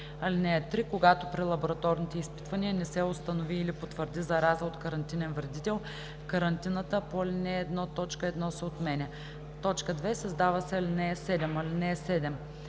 ал. 1. (3) Когато при лабораторните изпитвания не се установи или потвърди зараза от карантинен вредител, карантината по ал. 1, т. 1 се отменя.“ 2. Създава се ал. 7: